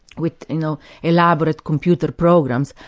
with you know elaborate computer programs,